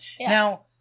Now